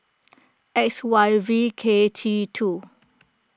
X Y V K T two